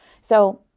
So-